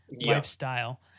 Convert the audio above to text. lifestyle